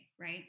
right